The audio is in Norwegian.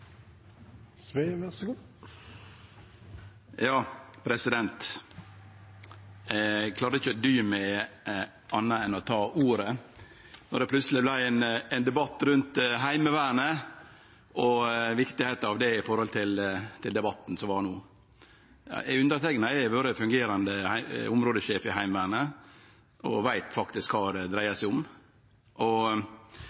ikkje å dy meg og tok ordet når det plutseleg vart ein debatt rundt Heimevernet og viktigheita av det knytt til debatten som var no. Eg har vore fungerande områdesjef i Heimevernet og veit faktisk kva det